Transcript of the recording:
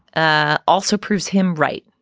ah also proves him right.